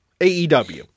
AEW